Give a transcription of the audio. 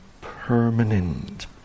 permanent